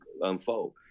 unfold